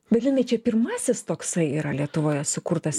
bet jinai čia pirmasis toksai yra lietuvoje sukurtas